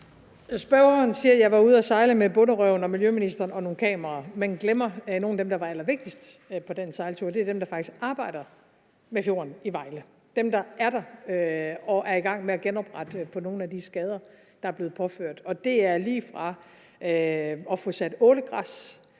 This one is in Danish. Spørgeren siger, at jeg var ude at sejle med Bonderøven, miljøministeren og nogle kameraer, men glemmer nogle af dem, der var allervigtigst på den sejltur. Det er dem, der faktisk arbejder med fjorden i Vejle; det er dem, der er der og er i gang med at udbedre nogle af de skader, der er blevet påført. Det er lige fra at få udplantet ålegræs,